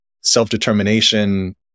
self-determination